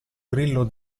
grillo